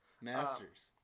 Masters